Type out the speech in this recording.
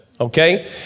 okay